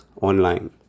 online